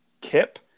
kip